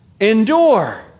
Endure